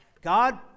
God